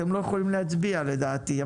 אתם לא יכולים להצביע, לדעתי.